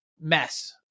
mess